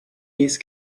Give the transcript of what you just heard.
these